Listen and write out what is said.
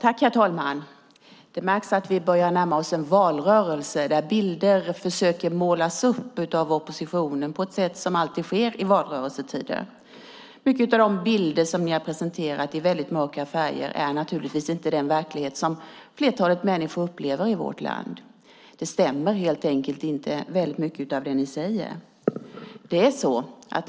Herr talman! Det märks att vi närmar oss ett val. Oppositionen försöker måla upp bilder på ett sådant sätt som alltid sker i valrörelsetider. Många av de bilder som ni har presenterat i mörka färger visar naturligtvis inte den verklighet som flertalet människor i vårt land upplever. Mycket av det ni säger stämmer helt enkelt inte.